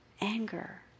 anger